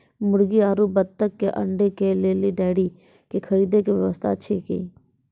मुर्गी आरु बत्तक के अंडा के लेल डेयरी के खरीदे के व्यवस्था अछि कि?